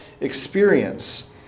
experience